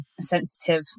sensitive